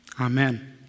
Amen